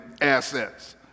assets